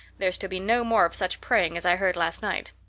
there's to be no more of such praying as i heard last night.